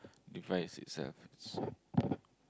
device itself